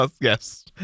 Yes